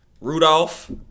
Rudolph